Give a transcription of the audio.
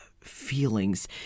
feelings